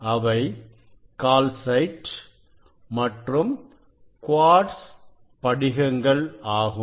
அவை கால்சைட் மற்றும் குவாட்ஸ் படிகங்கள்ஆகும்